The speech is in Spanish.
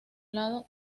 lado